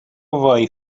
وای